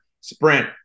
sprint